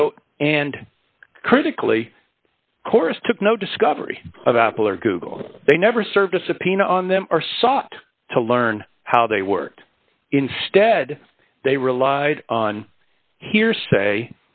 so and critically chorused took no discovery of apple or google they never served a subpoena on them or sought to learn how they worked instead they relied on hearsay